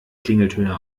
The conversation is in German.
klingeltöne